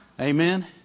Amen